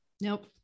Nope